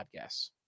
podcasts